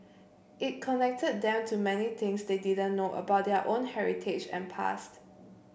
it connected them to many things they didn't know about their own heritage and past